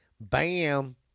bam